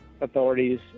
authorities